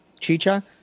Chicha